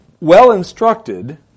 well-instructed